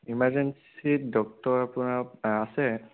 ইমাৰজেন্সীত doctor আপোনাৰ আছে